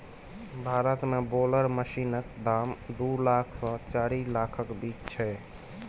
भारत मे बेलर मशीनक दाम दु लाख सँ चारि लाखक बीच छै